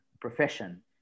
profession